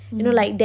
mm